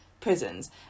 prisons